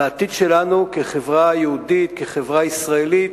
על העתיד שלנו כחברה יהודית, כחברה ישראלית,